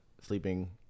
Sleeping